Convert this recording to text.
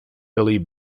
billy